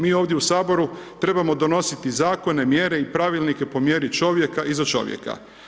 Mi ovdje u saboru trebamo donositi zakone, mjere i pravilnike po mjeri čovjeka i za čovjeka.